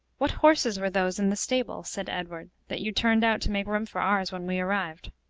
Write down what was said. what horses were those in the stable, said ed ward, that you turned out to make room for ours when we arrived?